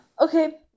Okay